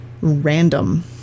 random